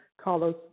Carlos